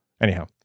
Anyhow